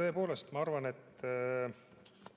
tõepoolest ma arvan, et